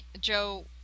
Joe